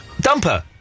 Dumper